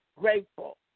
grateful